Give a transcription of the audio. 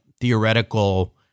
theoretical